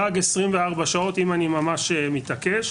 גג 24 שעות אם אני ממש מתעקש.